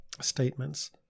statements